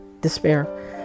despair